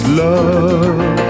love